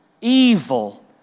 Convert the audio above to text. evil